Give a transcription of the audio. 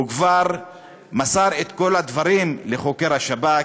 הוא כבר מסר את כל הדברים לחוקר השב"כ,